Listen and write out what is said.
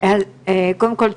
קודם כל,